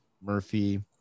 Murphy